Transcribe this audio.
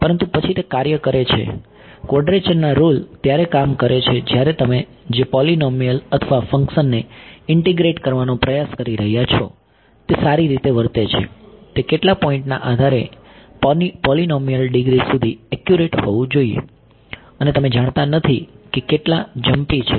પરંતુ પછી તે કાર્ય કરે છે ક્વોડ્રેચર ના રુલ ત્યારે કામ કરે છે જ્યારે તમે જે પોલીનોમીઅલ અથવા ફંક્શનને ઇન્ટીગ્રેટ કરવાનો પ્રયાસ કરી રહ્યાં છો તે સારી રીતે વર્તે છે તે કેટલા પોઈન્ટના આધારે પોલીનોમીઅલ ડિગ્રી સુધી એકયુરેટ હોવું જોઈએ અને તમે જાણતા નથી કે કેટલા જંપી છે